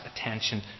attention